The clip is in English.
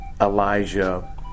Elijah